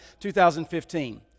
2015